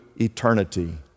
eternity